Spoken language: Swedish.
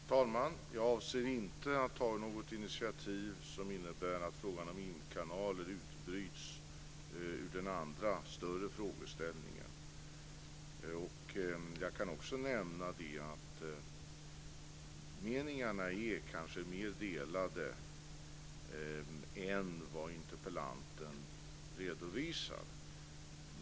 Fru talman! Jag avser inte att ta något initiativ som innebär att frågan om imkanaler utbryts ur den andra, större, frågeställningen. Jag kan också nämna att meningarna kanske är mer delade än vad interpellanten redovisar.